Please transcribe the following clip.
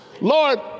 Lord